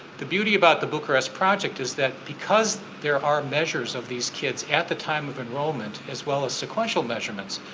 the beauty about the bucharest project is that because there are measures of these kinds at the time of enrolment as well as sequential measurements,